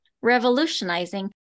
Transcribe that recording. revolutionizing